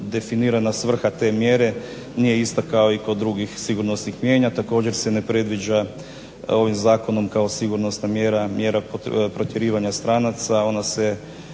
definirana svrha te mjere nije ista kao i kod drugih sigurnosnih mijenja. Također se ne predviđa kao sigurnosna mjera, mjera protjerivanja stranca ona se